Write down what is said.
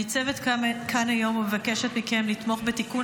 אני ניצבת כאן היום ומבקשת מכם לתמוך בתיקון